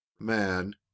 man